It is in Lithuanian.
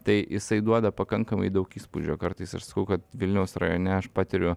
tai jisai duoda pakankamai daug įspūdžio kartais aš sakau kad vilniaus rajone aš patiriu